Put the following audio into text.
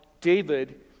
David